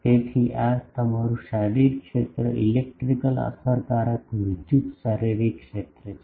તેથી આ તમારું શારીરિક ક્ષેત્ર ઇલેક્ટ્રિકલ અસરકારક વિદ્યુત શારીરિક ક્ષેત્ર છે